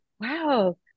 wow